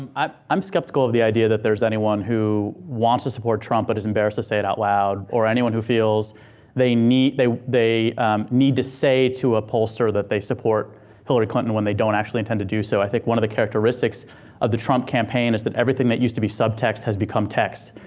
um i'm i'm skeptical of the idea that there's anyone who wants to support trump but is embarrassed to say it out loud. or anyone who feels they need, they they need to say to a pollster that they support hillary clinton when they don't actually intend to do so. i think one of the characteristics of the trump campaign is that everything that used to be subtext has become text.